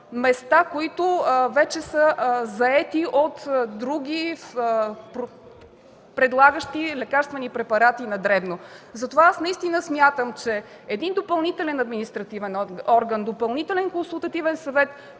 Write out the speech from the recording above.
които вече са заети от други предлагащи лекарствени препарати на дребно. Затова аз наистина смятам, че един допълнителен административен орган, допълнителен консултативен съвет